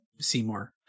Seymour